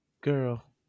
Girl